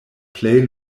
plej